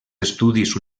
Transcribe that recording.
estudis